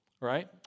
right